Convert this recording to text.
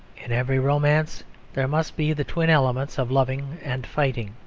in every romance there must be the twin elements of loving and fighting.